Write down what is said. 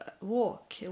walk